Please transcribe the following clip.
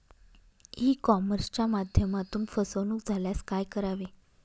E कॉमर्सच्या माध्यमातून फसवणूक झाल्यास काय करावे?